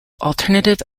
alternative